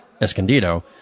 Escondido